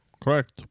Correct